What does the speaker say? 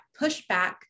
pushback